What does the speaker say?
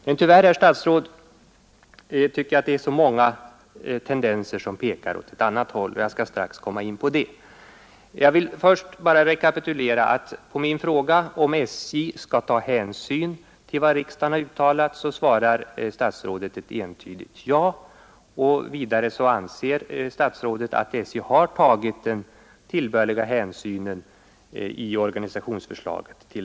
Men tyvärr, herr statsråd, är det flera tendenser som pekar åt annat håll åt att reduceringen blir större. Jag återkommer strax till det. Men först vill jag rekapitulera, att på min fråga om SJ skall ta hänsyn till vad riksdagen har uttalat, svarar statsrådet ett entydigt ja. Statsrådet anser också att SJ har tagit tillbörlig hänsyn till det beslutet i sitt organisationsförslag.